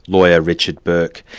lawyer, richard bourke.